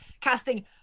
casting